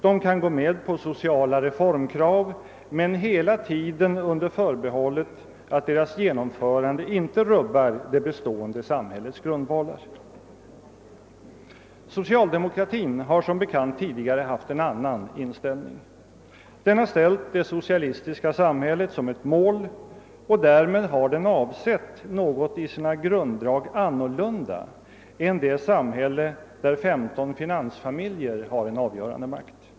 De kan gå med på sociala reformkrav men hela tiden under förbehållet att genomförandet inte rubbar det bestående samhällets grundvalar. Socialdemokratin har som bekant tidigare haft en annan inställning. Den har ställt det socialistiska samhället som ett mål och därmed har den avsett något i sina grunddrag annorlunda än det samhälle där femton finansfamiljer har en avgörande ekonomisk makt.